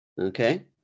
Okay